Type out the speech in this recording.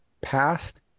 past